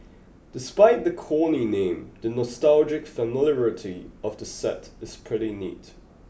despite the Corny name the nostalgic familiarity of the set is pretty neat